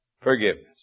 Forgiveness